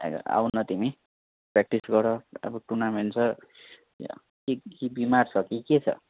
ए आउ न तिमी प्रेक्टिस गर अब टुर्नामेन्ट छ कि कि बिमार छ कि के छ